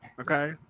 Okay